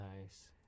Nice